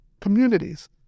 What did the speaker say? communities